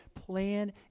plan